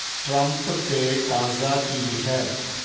Trump 'ਤੇ ਤਾਜ਼ਾ ਕੀ ਹੈ